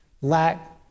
lack